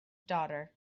daughter